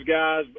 guys